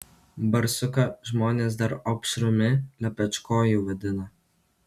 barsuką žmonės dar opšrumi lepečkoju vadina